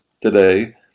today